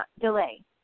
delay